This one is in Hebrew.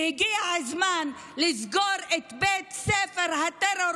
הגיע הזמן לסגור את בית ספר הטרור